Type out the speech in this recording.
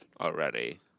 already